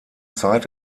zeit